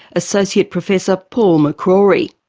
associate professor paul mccrory.